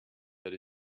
that